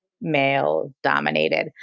male-dominated